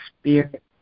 spirit